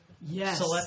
Yes